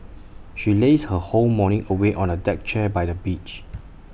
she lazed her whole morning away on A deck chair by the beach